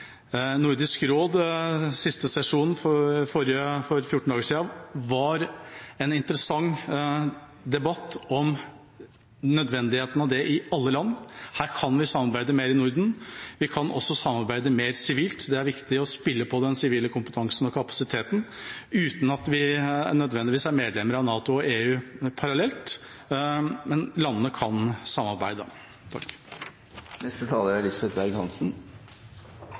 Nordisk råds siste sesjon for fjorten dager siden var det en interessant debatt om nødvendigheten av det i alle land. Her kan vi samarbeide mer i Norden, vi kan også samarbeide mer sivilt. Det er viktig å spille på den sivile kompetansen og kapasiteten uten at vi nødvendigvis er medlemmer av NATO og EU parallelt, men landene kan samarbeide. La meg starte med å si at jeg er